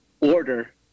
order